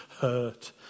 hurt